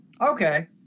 Okay